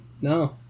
no